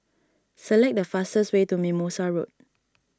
select the fastest way to Mimosa Road